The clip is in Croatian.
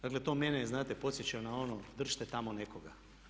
Dakle, to mene znate podsjeća na ono držite tamo nekoga.